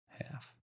Half